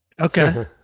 Okay